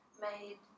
made